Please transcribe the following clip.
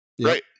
right